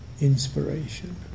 inspiration